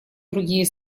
другие